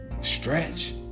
Stretch